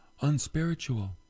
unspiritual